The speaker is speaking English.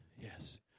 yes